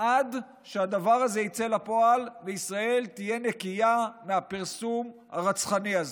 עד שהדבר הזה יצא לפועל וישראל תהיה נקייה מהפרסום הרצחני הזה.